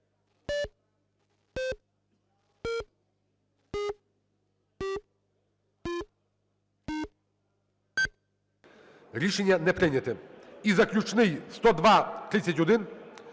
Рішення не прийнято. І заключний. 10231: